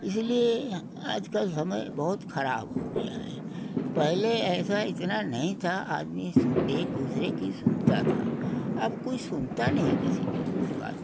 इसलिए हाँ आज का समय बहुत खराब हो गया है पहेले ऐसा इतना नहीं था आदमी एक दूसरे की सुनता था अब कोई सुनता नहीं किसी की वो कोई बात